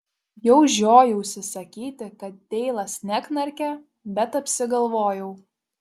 jau žiojausi sakyti kad deilas neknarkia bet apsigalvojau